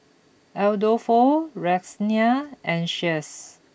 Adolfo Roxane and Shaes